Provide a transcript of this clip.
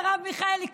מרב מיכאלי,